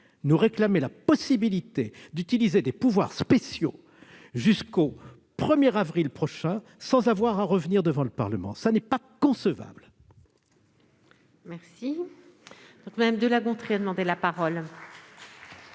nous réclamer la possibilité d'utiliser des pouvoirs spéciaux jusqu'au 1 avril prochain sans avoir à revenir devant le Parlement. Ce n'est pas concevable ! La parole est à Mme